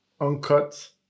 Uncut